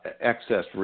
excess –